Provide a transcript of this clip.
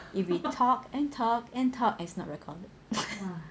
if we talk and talk and talk it's not recorded